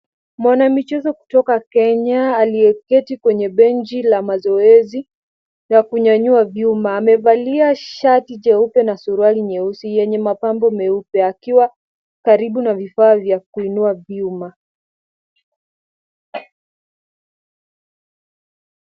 Mwanamichezo kutoka Kenya aliyeketi kwa benchi la mazoezi na kunyanyua vyuma. Amevalia shati jeupe na suruali nyeusi yenye mapambo meupe, akiwa karibu na vifaa vya kuinua vyuma.